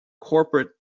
corporate